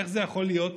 איך זה יכול להיות?